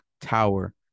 tower